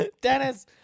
Dennis